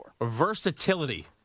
Versatility